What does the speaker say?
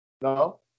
no